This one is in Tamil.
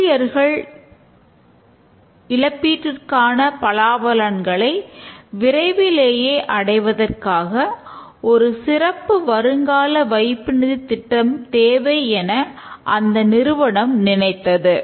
ஊழியர்கள் இழப்பிற்கான பலாபலன்களை விரைவிலேயே அடைவதற்காக ஒரு சிறப்பு வருங்கால வைப்பு நிதி திட்டம் தேவை என அந்த நிறுவனம் நினைத்தது